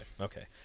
okay